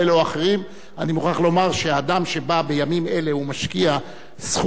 אני מוכרח לומר שאדם שבא בימים אלה ומשקיע סכומים אדירים כאלה,